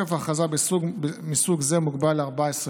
תוקף ההכרזה מסוג זה מוגבל ל-14 ימים,